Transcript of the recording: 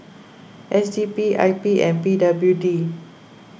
S D P I P and P W D